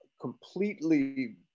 completely